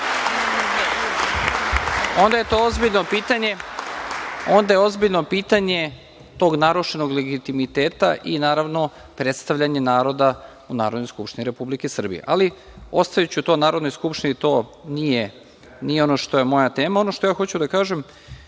onda je to ozbiljno pitanje tog narušenog legitimiteta i naravno predstavljanje naroda u Narodnoj skupštini Republike Srbije. Ostaviću to Narodnoj skupštini, to nije ono što je moja tema. Ono što hoću da kažem,